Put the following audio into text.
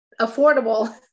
affordable